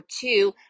two